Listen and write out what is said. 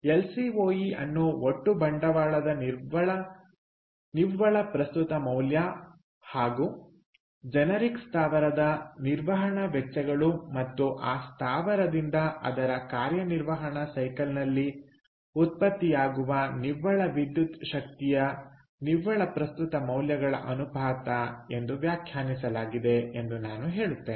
L C O E ಅನ್ನು ಒಟ್ಟು ಬಂಡವಾಳದ ನಿವ್ವಳ ಪ್ರಸ್ತುತ ಮೌಲ್ಯ ಹಾಗೂ ಜೆನೆರಿಕ್ ಸ್ಥಾವರದ ನಿರ್ವಹಣಾ ವೆಚ್ಚಗಳು ಮತ್ತು ಆ ಸ್ಥಾವರದಿಂದ ಅದರ ಕಾರ್ಯನಿರ್ವಹಣ ಸೈಕಲ್ನಲ್ಲಿ ಉತ್ಪತ್ತಿಯಾಗುವ ನಿವ್ವಳ ವಿದ್ಯುತ್ ಶಕ್ತಿಯ ನಿವ್ವಳ ಪ್ರಸ್ತುತ ಮೌಲ್ಯಗಳ ಅನುಪಾತ ಎಂದು ವ್ಯಾಖ್ಯಾನಿಸಲಾಗಿದೆ ಎಂದು ನಾನು ಹೇಳುತ್ತೇನೆ